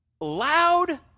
loud